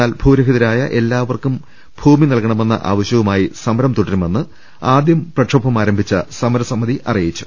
എന്നാൽ ഭൂരഹിതരായ എല്ലാവർക്കും ഭൂമി നൽകണമെന്നു ആവശ്യവുമായി സമരം തുടരുമെന്ന് ആദ്യം പ്രക്ഷോഭം ആരംഭിച്ച സമരസമിതി അറിയിച്ചു